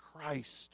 Christ